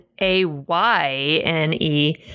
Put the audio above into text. A-Y-N-E